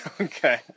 Okay